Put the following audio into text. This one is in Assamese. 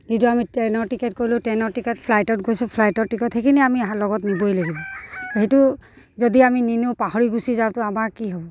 যিটো আমি ট্ৰেইনৰ টিকেট কৰিলোঁ ট্ৰেইনত টিকেট ফ্লাইটত গৈছোঁ ফ্লাইটৰ টিকট সেইখিনি আমি লগত নিবই লাগিব সেইটো যদি আমি নিনিওঁ পাহৰি গুচি যাওঁ তো আমাৰ কি হ'ব